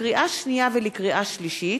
לקריאה שנייה ולקריאה שלישית: